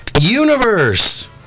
Universe